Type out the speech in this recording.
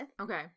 okay